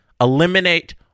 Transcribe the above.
eliminate